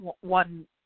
one